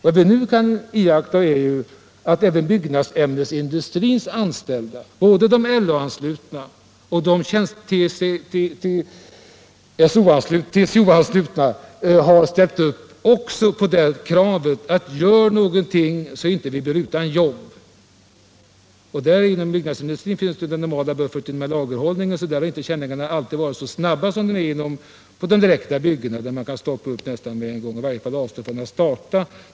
Vad vi nu kan iaktta är att även byggnadsämnesindustrins anställda —- både de LO-anslutna och de TCO-anslutna — har ställt upp bakom kravet: Gör någonting så att vi inte blir utan jobb! Inom byggnadsämnesindustrin finns den normala bufferten med lagerhållning, så där har känningarna inte alltid varit så snabba som de är på byggena, där man kan stoppa upp nästan med en gång och i varje fall avstå från att starta.